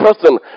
person